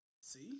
See